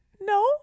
No